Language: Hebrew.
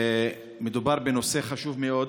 מדובר בנושא חשוב מאוד.